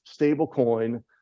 stablecoin